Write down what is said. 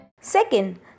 Second